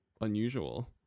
unusual